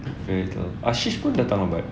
very little ashik pun datang lambat